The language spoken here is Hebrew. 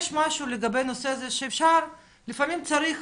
יש משהו בנושא לגבי הנושא הזה שלפעמים צריך